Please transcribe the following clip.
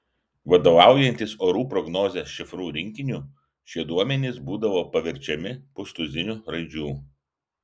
vadovaujantis orų prognozės šifrų rinkiniu šie duomenys būdavo paverčiami pustuziniu raidžių